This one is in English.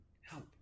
help